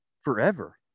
forever